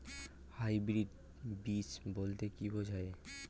Hybrid বীজ বলতে কী বোঝায়?